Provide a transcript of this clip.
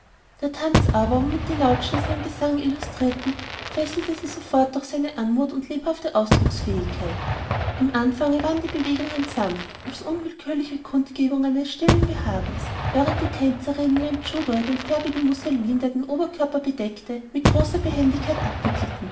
der tanz aber womit die nautschnis ihren gesang illustrierten fesselte sie sofort durch seine anmut und lebhafte ausdrucksfähigkeit im anfange waren die bewegungen sanft als unwillkürliche kundgebungen eines stillen behagens während die tänzerinnen ihren chuddur den farbigen musselin der den oberkörper bedeckte mit größter behendigkeit abwickelten